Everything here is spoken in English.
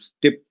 step